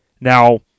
Now